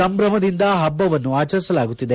ಸಂಭಮದಿಂದ ಹಬ್ಲವನ್ನು ಆಚರಿಸಲಾಗುತ್ತಿದೆ